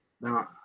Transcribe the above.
Now